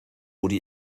wurde